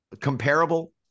comparable